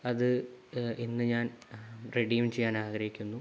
അത് ഇന്ന് ഞാൻ റെഡീം ചെയ്യാൻ ആഗ്രഹിക്കുന്നു